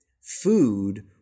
food